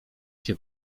się